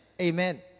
amen